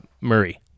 Murray